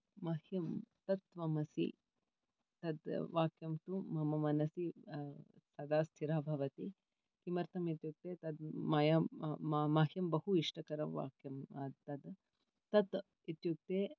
मह्यं तत्वमसि तत् वाक्यं तु मम मनसि सदा स्थिरः भवति किमर्थम् इत्युक्ते तत् मयं मह्यं बहु इष्टतरं वाक्यं तत् तत् इत्युक्ते